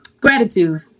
gratitude